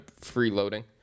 freeloading